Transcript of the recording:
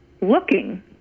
looking